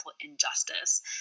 injustice